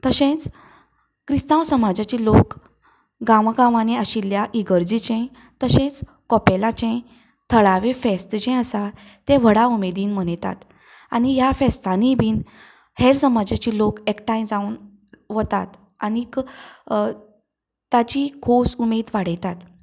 तशेंच क्रिस्तांव समाजाचे लोक गांव गांवांनी आशिल्ल्या इगर्जेचें तशेंच कोपेलाचे थळावें फेस्त जें आसा तें व्हडा उमेदीन मनयतात आनी ह्या फेस्तानीय बी हेर समाजाचे लोक एकठांय जावन वतात आनी ताची खोस उमेद वाडयतात